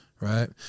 right